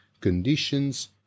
conditions